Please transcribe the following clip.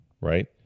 right